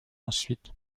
ensuite